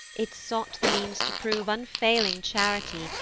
it sought the means to prove unfailing charity,